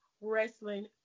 wrestling